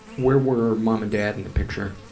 where were mom and dad in the picture?